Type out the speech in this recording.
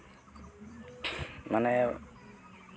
ᱢᱟᱱᱮ